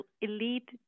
elite